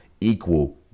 equal